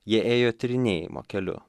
jie ėjo tyrinėjimo keliu